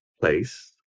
place